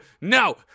no